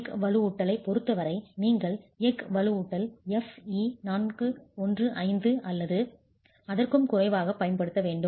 எஃகு வலுவூட்டலைப் பொருத்தவரை நீங்கள் எஃகு வலுவூட்டல் Fe 415 அல்லது அதற்கும் குறைவாகப் பயன்படுத்த வேண்டும்